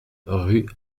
rue